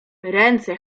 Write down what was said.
ręce